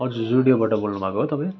हजुर जुडियोबाट बोल्नु भएको हो तपाईँ